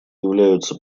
являются